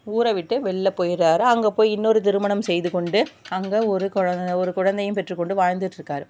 ஊரை விட்டு வெளிள போயிட்றார் அங்கே போய் இன்னொரு திருமணம் செய்துக்கொண்டு அங்கே ஒரு குழந்த ஒரு குழந்தையும் பெற்றுக்கொண்டு வாழ்ந்துட்ருக்கார்